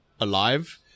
alive